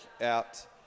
out –